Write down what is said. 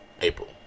April